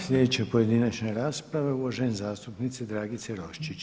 Sljedeća pojedinačna rasprava uvažene zastupnice Dragice Roščić.